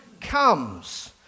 comes